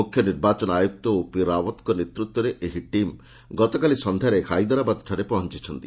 ମୁଖ୍ୟ ନିର୍ବାଚନ ଆୟୁକ୍ତ ଓପି ରାଓ୍ୱତଙ୍କ ନେତୃତ୍ୱରେ ଏହି ଟିମ୍ ଗତକାଲି ସନ୍ଧ୍ୟାରେ ହାଇଦରାବାଦଠାରେ ପହଞ୍ଚୁଛନ୍ତି